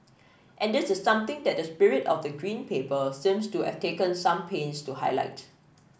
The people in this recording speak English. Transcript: and this is something that the spirit of the Green Paper seems to have taken some pains to highlight